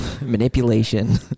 manipulation